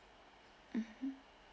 mmhmm